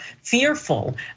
fearful